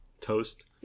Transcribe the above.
Toast